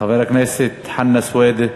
חבר הכנסת חנא סוייד,